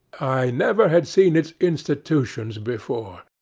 i never had seen its institutions before.